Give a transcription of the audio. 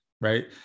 right